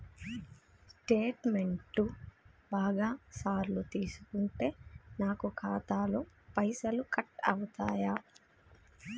Statement బాగా సార్లు తీసుకుంటే నాకు ఖాతాలో పైసలు కట్ అవుతయా?